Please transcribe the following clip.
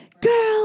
girl